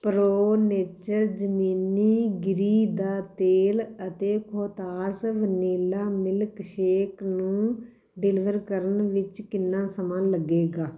pro nature ਜ਼ਮੀਨੀ ਗਿਰੀ ਦਾ ਤੇਲ ਅਤੇ ਕੋਥਾਸ ਵਨੀਲਾ ਮਿਲਕਸ਼ੇਕ ਨੂੰ ਡਿਲੀਵਰ ਕਰਨ ਵਿੱਚ ਕਿੰਨਾ ਸਮਾਂ ਲੱਗੇਗਾ